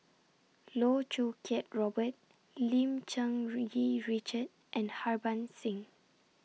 Loh Choo Kiat Robert Lim Cherng Yih Richard and Harbans Singh